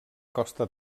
costa